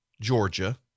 Georgia